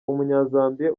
umunyazambiya